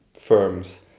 firms